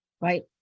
Right